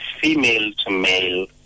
female-to-male